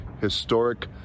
historic